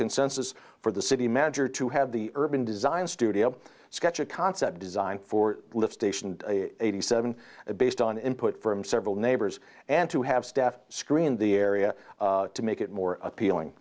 consensus for the city manager to have the urban design studio sketch a concept design for live station eighty seven based on input from several neighbors and to have staff screened the area to make it more appealing